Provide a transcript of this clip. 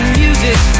music